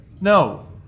No